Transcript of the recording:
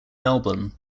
melbourne